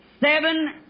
seven